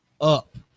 up